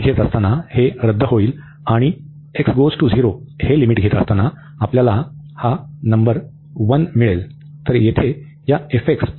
limit घेत असताना हे रद्द होईल आणि x → 0 हे लिमिट घेत असताना आपल्याला हा नंबर 1 मिळेल